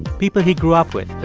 people he grew up with